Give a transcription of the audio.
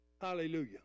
Hallelujah